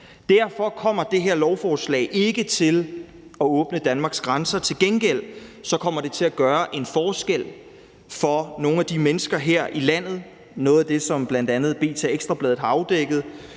Derfor kommer det her lovforslag ikke til at åbne Danmarks grænser. Til gengæld kommer det til at gøre en forskel for nogle af de mennesker, der er her i landet. Det er bl.a. noget af det, som B.T. og Ekstra Bladet har afdækket,